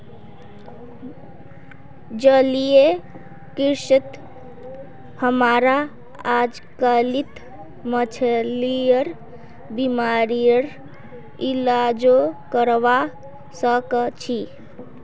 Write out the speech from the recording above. जलीय कृषित हमरा अजकालित मछलिर बीमारिर इलाजो करवा सख छि